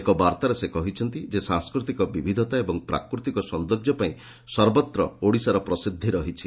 ଏକ ବାର୍ଭାରେ ସେ କହିଛନ୍ତି ଯେ ସାଂସ୍କୃତିକ ବିବିଧତା ଏବଂ ପ୍ରାକୃତିକ ସୌନ୍ଦର୍ଯ୍ୟ ପାଇଁ ସର୍ବତ୍ର ଓଡ଼ିଶାର ପ୍ରସିଦ୍ଧି ରହିଛି